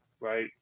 right